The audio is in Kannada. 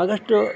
ಆಗಸ್ಟ್